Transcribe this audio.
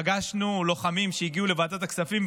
פגשנו לוחמים שהגיעו לוועדת הכספים,